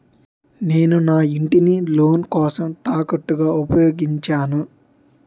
నేను నా ఇంటిని లోన్ కోసం తాకట్టుగా ఉపయోగించాను